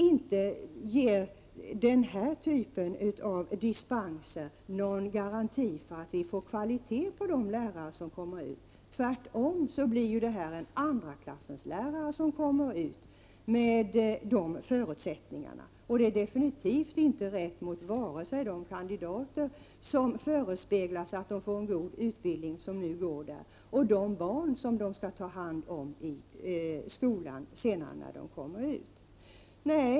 Inte ger den här typen av dispenser någon garanti för att de lärare som har utbildats har någon hög kvalitet. Tvärtom, dessa förutsättningar leder till att man får en andra klassens lärare. Det är absolut inte rätt mot vare sig de kandidater på lärarhögskolan som förespeglats att de skall få en god utbildning eller de barn som de skall ta hand om i skolan när de är färdigutbildade.